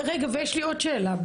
יש לי עוד שאלה.